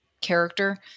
character